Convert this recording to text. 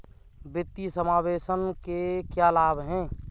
वित्तीय समावेशन के क्या लाभ हैं?